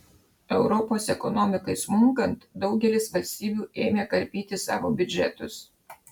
europos ekonomikai smunkant daugelis valstybių ėmė karpyti savo biudžetus